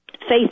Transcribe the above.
faith